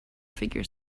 figure